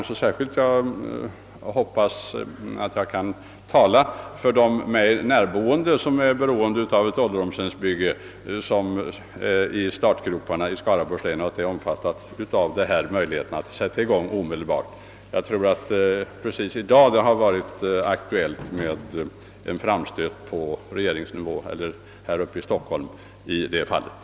Särskilt hoppas jag att detta kommer att gälla de mig närboende som är beroende av ett ålderdomshemsbygge som är färdigt att sättas i gång nere i Skaraborgs län. Det har f. ö. just i dag varit aktuellt att göra en uppvaktning här uppe i Stockholm om den saken.